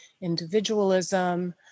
individualism